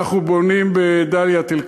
אנחנו בונים בדאלית-אל-כרמל,